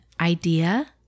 idea